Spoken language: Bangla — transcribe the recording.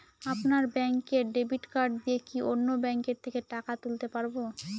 আপনার ব্যাংকের ডেবিট কার্ড দিয়ে কি অন্য ব্যাংকের থেকে টাকা তুলতে পারবো?